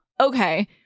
okay